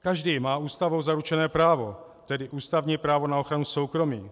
Každý má Ústavou zaručené právo, tedy ústavní právo na ochranu soukromí.